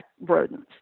rodents